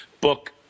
book